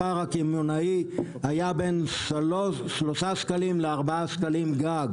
הפער הקמעונאי היה בין 3 שקלים ל-4 שקלים גג,